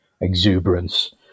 exuberance